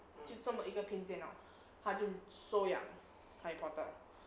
就这么一个偏见咯他就收养 harry potter